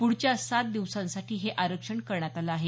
पुढच्या सात दिवसांसाठी हे आरक्षण करण्यात आलं आहे